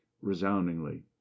resoundingly